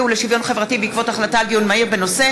ולשוויון חברתי בעקבות דיון מהיר בהצעתה